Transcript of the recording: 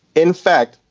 in fact,